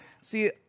See